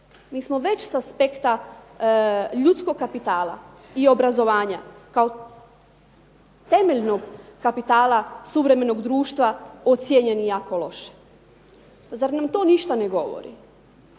mi smo s aspekta ljudskog kapitala i obrazovanja kao temeljnog kapitala suvremenog društva ocijenjeni jako loše. Zar nam to ništa ne govori?